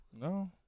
No